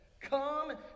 Come